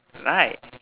right